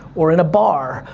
or in a bar,